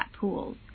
pools